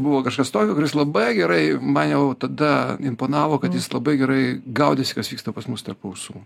buvo kažkas tokio kad jis labai gerai man jau tada imponavo kad jis labai gerai gaudėsi kas vyksta pas mus tarp ausų tai